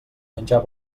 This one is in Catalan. menjar